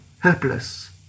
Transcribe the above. helpless